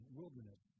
wilderness